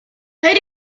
her